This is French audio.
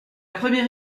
première